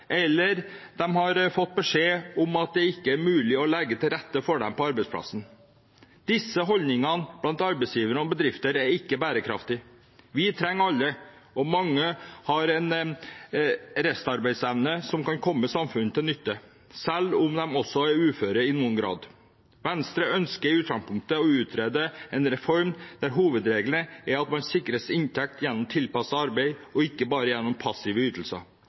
eller de har fått beskjed om at det ikke er mulig å legge til rette for dem på arbeidsplassen. Disse holdningene blant arbeidsgivere og bedrifter er ikke bærekraftige. Vi trenger alle, og mange har en restarbeidsevne som kan komme samfunnet til nytte, selv om de er uføre i noen grad. Venstre ønsker i utgangspunktet å utrede en reform der hovedregelen er at man sikres inntekt gjennom tilpasset arbeid, og ikke bare gjennom passive ytelser,